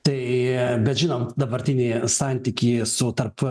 tai bet žinant dabartinį santykį su tarp